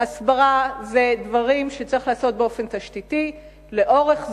הסברה זה דברים שצריך לעשות באופן תשתיתי לאורך זמן,